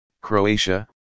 Croatia